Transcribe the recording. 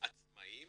עצמאיים